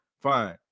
fine